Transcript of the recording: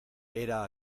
era